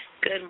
Good